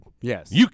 Yes